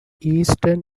eastern